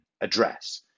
address